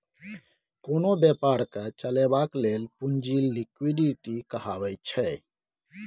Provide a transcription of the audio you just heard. कोनो बेपारकेँ चलेबाक लेल पुंजी लिक्विडिटी कहाबैत छै